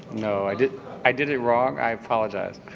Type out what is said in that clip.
no, i did i did it wrong. i apologize.